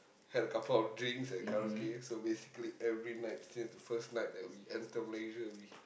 had a couple of drinks at karaoke so basically every night since the first night that we enter Malaysia we